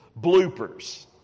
bloopers